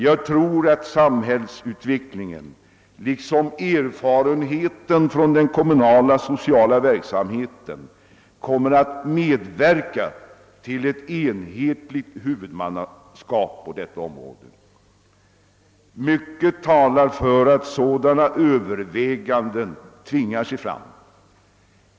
Jag tror att samhällsutvecklingen liksom erfarenheten från den kommunala sociala verksamheten kommer att medverka till ett enhetligt huvudmannaskap på detta område. Mycket talar för att sådana överväganden tvingar sig fram.